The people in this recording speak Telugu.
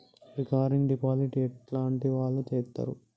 రికరింగ్ డిపాజిట్ ఎట్లాంటి వాళ్లు చేత్తరు?